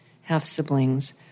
half-siblings